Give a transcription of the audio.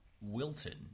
Wilton